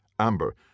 Amber